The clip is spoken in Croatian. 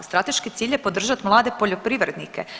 Strateški cilj je podržati mlade poljoprivrednike.